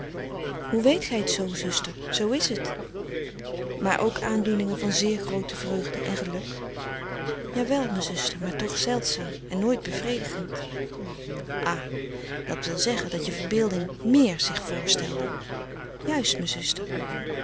hoe weet gij t zoo zuster zoo is t maar ook aandoeningen van zeer groote vreugde en geluk jawel mijn zuster maar toch zeldzaam en nooit bevredigend ah dat wil zeggen dat je verbeelding méér zich voorstelde juist mijn zuster